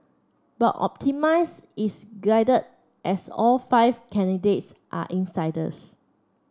but optimise is guided as all five candidates are insiders